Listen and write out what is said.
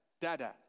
dada